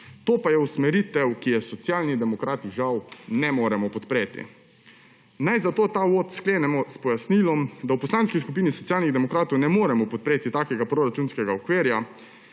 To pa je usmeritev, ki je Socialni demokrati žal ne moremo podpreti. Naj zato ta uvod sklenemo s pojasnilom, da v Poslanski skupini Socialnih demokratov ne moremo podpreti takega proračunskega okvira.